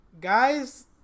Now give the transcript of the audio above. Guys